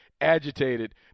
agitated